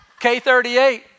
K38